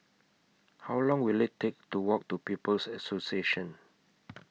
How Long Will IT Take to Walk to People's Association